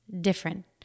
different